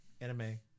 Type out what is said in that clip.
Anime